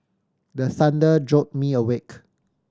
the thunder jolt me awake